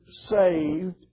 saved